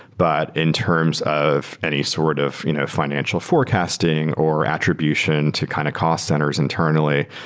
but in terms of any sort of you know fi nancial forecasting or attribution to kind of call centers internally,